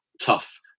tough